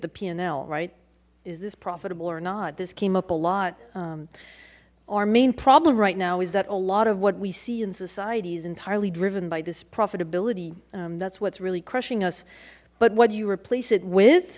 the p and l right is this profitable or not this came up a lot our main problem right now is that a lot of what we see in society is entirely driven by this profitability that's what's really crushing us but what do you replace it with